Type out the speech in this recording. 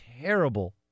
terrible